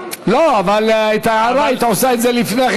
אבל היית עושה את זה לפני כן,